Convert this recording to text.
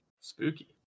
Spooky